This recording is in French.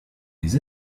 les